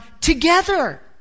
together